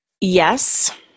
Yes